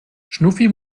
schnuffi